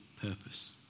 purpose